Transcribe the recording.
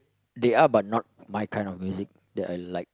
they are but not my kind of music that I like